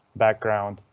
background,